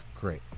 Great